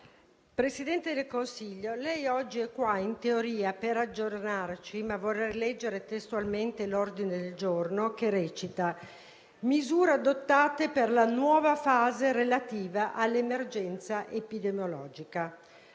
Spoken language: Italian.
Presidente del Consiglio, lei oggi, in teoria, è qui per aggiornarci. Vorrei leggere testualmente l'ordine del giorno che recita: «misure adottate per la nuova fase relativa all'emergenza epidemiologica».